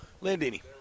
landini